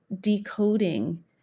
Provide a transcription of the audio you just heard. decoding